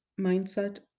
mindset